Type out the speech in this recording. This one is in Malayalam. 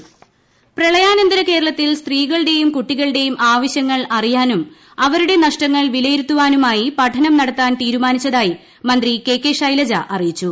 കെ കെ ശൈലജ പ്രളയാനന്തര കേരളത്തിൽ സ്ത്രീകളുടേയും കുട്ടികളുടേയും ആവശ്യങ്ങൾ അറിയ്ടാനും അവരുടെ നഷ്ടങ്ങൾ വിലയിരുത്തുവാനുമായി പഠനം നടത്താൻ തീരുമാനിച്ചതായി മന്ത്രി കെ കെ ശൈലജ അറിയിച്ചു